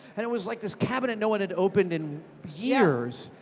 and it was like this cabinet no one had opened in years.